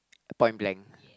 point blank